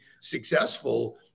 successful